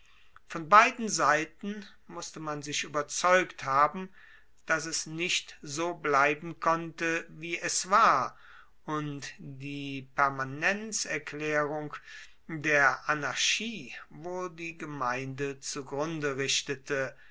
von beiden seiten musste man sich ueberzeugt haben dass es nicht so bleiben konnte wie es war und die permanenzerklaerung der anarchie wohl die gemeinde zugrunde richtete